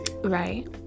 Right